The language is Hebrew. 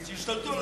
שישתלטו על,